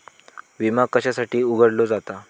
विमा कशासाठी उघडलो जाता?